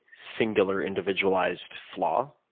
singular, individualized flaw.